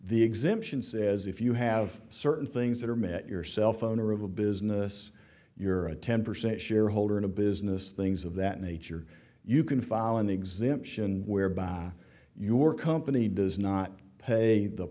the exemption says if you have certain things that are met your cell phone or of a business you're a ten percent shareholder in a business things of that nature you can follow an exemption whereby your company does not pay the